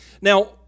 Now